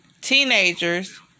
teenagers